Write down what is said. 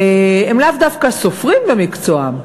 והם לאו דווקא סופרים במקצועם,